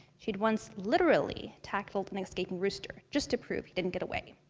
she'd once literally tackled an escaping rooster just to prove he wouldn't get away.